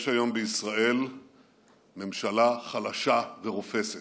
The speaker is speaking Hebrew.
יש היום בישראל ממשלה חלשה ורופסת.